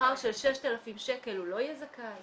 בשכר של 6,000 שקל הוא לא יהיה זכאי.